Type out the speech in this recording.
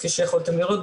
כפי שיכולתם לראות,